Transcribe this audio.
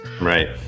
Right